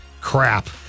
crap